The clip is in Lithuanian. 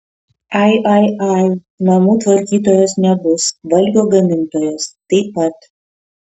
ai ai ai namų tvarkytojos nebus valgio gamintojos taip pat